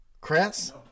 chris